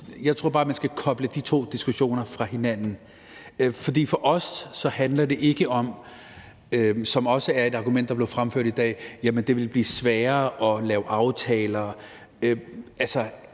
Jeg tror bare, at man skal koble de to diskussioner fra hinanden. For os handler det ikke om, som også har været et argument, der er blevet fremført i dag, at det vil blive sværere at lave aftaler;